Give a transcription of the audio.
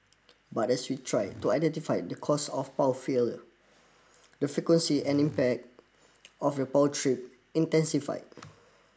but as we tried to identify the cause of **the frequency and impact of power trip intensified